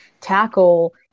tackle